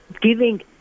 giving